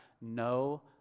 no